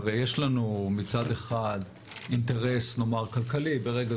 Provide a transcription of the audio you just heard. הרי יש לנו מצד אחד אינטרס כלכלי ברגע